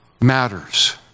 matters